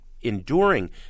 enduring